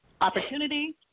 opportunity